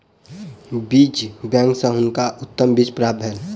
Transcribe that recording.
बीज बैंक सॅ हुनका उत्तम बीज प्राप्त भेल